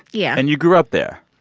yeah and you grew up there?